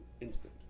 Instant